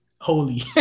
holy